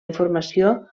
informació